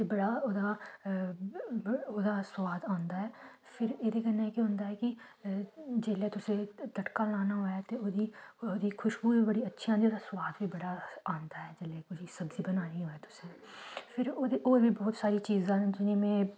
ते बड़ा ओह्दा ओह्दा सुआद औंदा ऐ फिर एह्दे कन्नै केह् होंदा ऐ कि जेल्लै तुसें तड़का लाना होए ते ओह्दी ओह्दी खुशबू बी बड़ी अच्छी औंदी ओह्दा सुआद बी बड़ा औंदा ऐ जेल्लै कुसै सब्जी बनानी होए ते तुसें फिर ओह्दे होर बी बड़ी सारी चीजां न जि'नें गी में